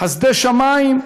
חסדי שמים,